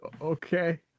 Okay